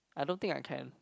I don't think I can